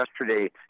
yesterday